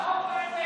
איפה היא?